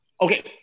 Okay